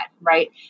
Right